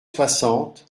soixante